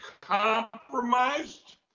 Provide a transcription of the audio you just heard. compromised